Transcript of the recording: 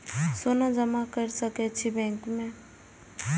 सोना जमा कर सके छी बैंक में?